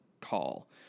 call